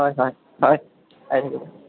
হয় হয় হয় আহি থাকিব